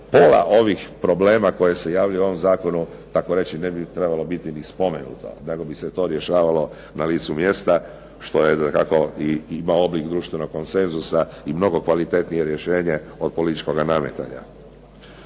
pola ovih problema koji se javljaju u ovom zakonu takoreći ne bi trebalo biti ni spomenuto nego bi se to rješavalo na licu mjesta što dakako i ima oblik društvenog konsenzusa i mnogo kvalitetnije rješenje od političkoga nametanja.